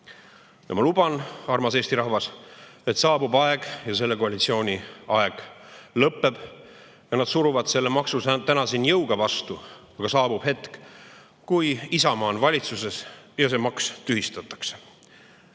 Ma luban, armas Eesti rahvas, et saabub aeg, kui selle koalitsiooni aeg lõpeb. Nad suruvad selle maksu täna siin jõuga [läbi], aga saabub hetk, kui Isamaa on valitsuses ja see maks tühistatakse.